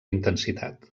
intensitat